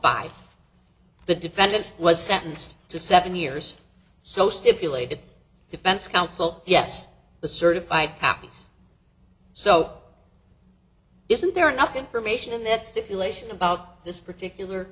by the defendant was sentenced to seven years so stipulated defense counsel yes the certified copies so isn't there enough information in that stipulation about this particular